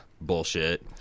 bullshit